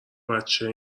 بچه